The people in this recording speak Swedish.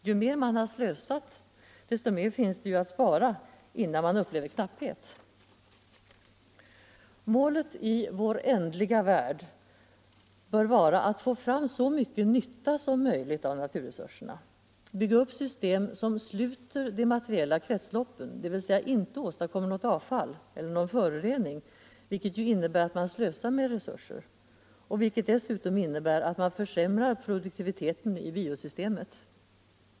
Ju mer man har slösat, desto mer finns det att spara innan man upplever knapphet. Målet i vår ändliga värld bör vara att få fram så mycket nytta som möjligt av naturresurserna, att bygga upp system som sluter de materiella kretsloppen, dvs. inte åstadkommer något avfall eller någon förorening, vilket ju innebär att man slösar med resurser och vilket dessutom innebär att man försämrar produktiviteten i biosystemet.